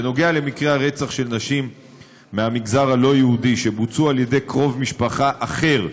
בנוגע למקרי רצח של נשים מהמגזר הלא-יהודי על ידי קרוב משפחה אחר,